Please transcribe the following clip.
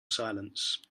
silence